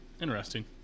Interesting